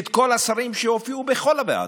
את כל השרים שהופיעו בכל הוועדות: